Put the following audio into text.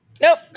Nope